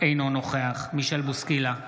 אינו נוכח מישל בוסקילה,